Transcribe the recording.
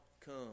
come